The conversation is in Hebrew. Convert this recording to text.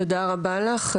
תודה רבה לך,